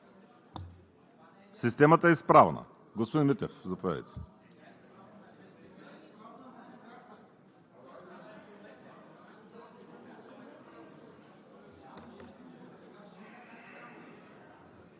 Системата е изправна.